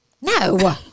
No